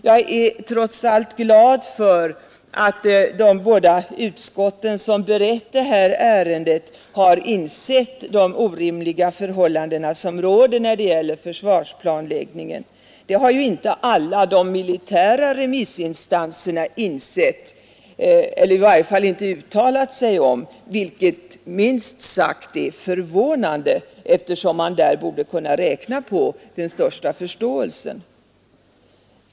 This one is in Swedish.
Jag är trots allt glad över att de båda utskott som har berett detta ärende har insett vilka orimliga förhållanden som råder när det gäller försvarsplanläggningen. Det har inte alla de militära remissinstanserna insett eller i varje fall uttalat sig om, vilket minst sagt är förvånande, eftersom man där borde kunna räkna med den största förståelsen.